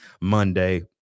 Monday